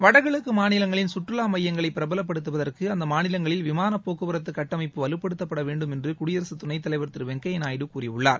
வடகிழக்கு மாநிலங்களின் சுற்றுலா மையங்களை பிரபலப்படுத்துவதற்கு அந்த மாநிலங்களில் விமான போக்குவரத்துக் கட்டமைப்பு வலுப்படுத்தப்பட வேண்டும் என்று குடியரசுத் துணைத் தலைவர் திரு வெங்கய்யா நாயுடு கூறியுள்ளார்